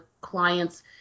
clients